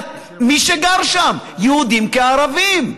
מי שגרים שם, יהודים כערבים.